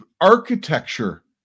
architecture